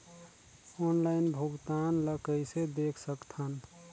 Online भुगतान ल कइसे देख सकथन?